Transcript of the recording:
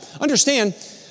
Understand